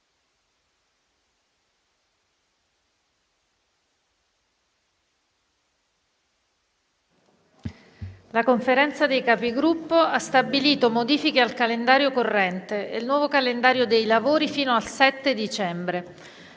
La Conferenza dei Capigruppo ha stabilito modifiche al calendario corrente e il nuovo calendario dei lavori fino al 7 dicembre.